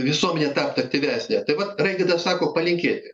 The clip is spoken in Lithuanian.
visuomenė taptų aktyvesnė tai vat raigardas sako palinkėti